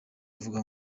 avuga